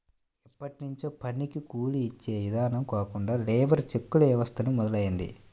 ఎప్పట్నుంచో పనికి కూలీ యిచ్చే ఇదానం కాకుండా లేబర్ చెక్కుల వ్యవస్థ మొదలయ్యింది